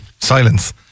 silence